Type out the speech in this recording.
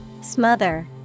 Smother